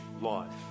life